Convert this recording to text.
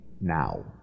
now